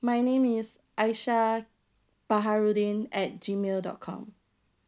my name is aisha baharudin at G mail dot com